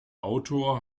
autor